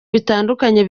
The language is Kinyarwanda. bitandukanye